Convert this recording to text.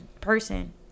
person